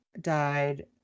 died